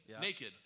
naked